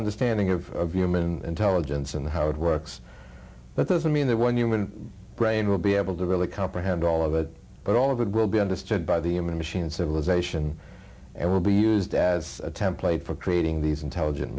understanding of human intelligence and how it works but doesn't mean that one human brain will be able to really comprehend all of it but all of that will be understood by the human machine civilization and will be used as a template for creating these intelligent